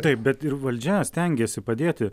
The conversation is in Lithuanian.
taip bet ir valdžia stengėsi padėti